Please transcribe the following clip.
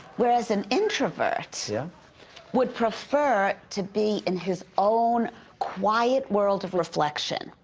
whereas an introvert yeah would prefer to be in his own quiet world of reflection.